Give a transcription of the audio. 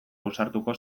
ausartuko